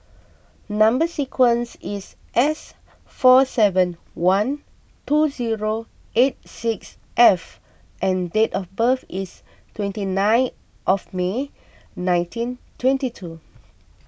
Number Sequence is S four seven one two zero eight six F and date of birth is twenty nine of May nineteen twenty two